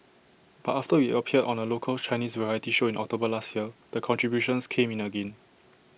but after we appeared on A local Chinese variety show in October last year the contributions came in again